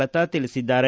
ಲತಾ ತಿಳಿಸಿದ್ದಾರೆ